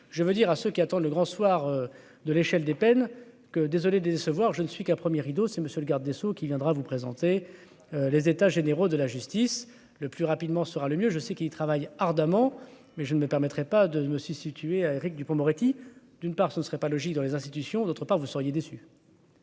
je veux dire à ceux qui attendent le grand soir de l'échelle des peines que désolé de décevoir, je ne suis qu'un 1er rideau, c'est monsieur le garde des sceaux qui viendra vous présenter les états généraux de la justice le plus rapidement sera le mieux, je sais qu'il y travaille ardemment, mais je ne me permettrais pas de me substituer à Éric Dupond-Moretti, d'une part, ce ne serait pas logique dans les institutions, d'autre part, vous seriez déçu.